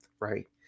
right